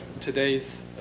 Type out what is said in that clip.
today's